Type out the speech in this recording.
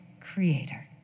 creator